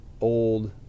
old